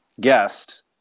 guest